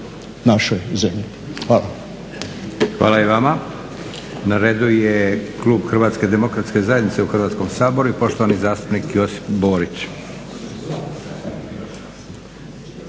našoj zemlji. Hvala.